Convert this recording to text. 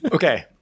Okay